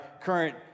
current